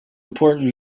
important